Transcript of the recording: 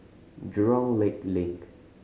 Jurong Lake Link